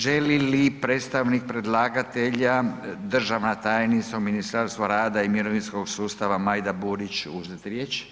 Želi li predstavnika predlagatelja, državna tajnica u Ministarstvu rada i mirovinskog sustava Majda Burić uzeti riječ?